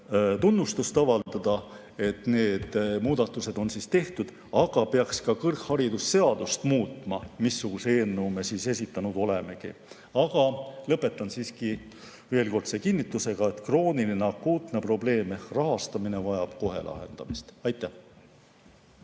tunnustust avaldada, et need muudatused on tehtud, aga peaks ka kõrgharidusseadust muutma. Seesuguse eelnõu me esitanud olemegi. Aga lõpetan veelkordse kinnitusega, et krooniline akuutne probleem ehk rahastamine vajab kohe lahendamist. Aitäh!